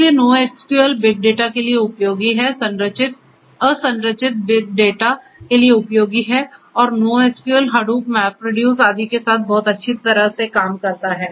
इसलिए NoSQL big data के लिए उपयोगी है असंरचित बिग डेटा के लिए उपयोगी है और NoSQL Hadoop MapReduce आदि के साथ बहुत अच्छी तरह से काम करता है